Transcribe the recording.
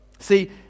See